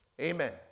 Amen